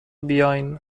بیاین